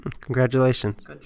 congratulations